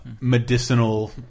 medicinal